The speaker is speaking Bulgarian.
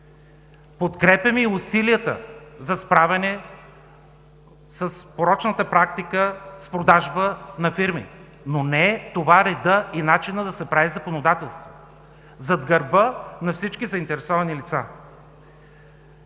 Подкрепяме и усилията за справяне с порочната практика с продажба на фирми. Това обаче не е редът и начинът да се прави законодателство – зад гърба на всички заинтересовани лица.